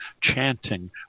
chanting